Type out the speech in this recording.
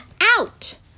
out